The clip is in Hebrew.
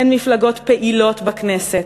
הן מפלגות פעילות בכנסת,